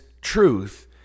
truth